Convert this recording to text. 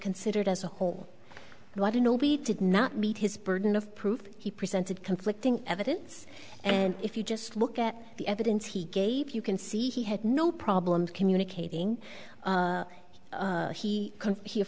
considered as a whole why do no we did not meet his burden of proof he presented conflicting evidence and if you just look at the evidence he gave you can see he had no problem communicating he can he